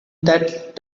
that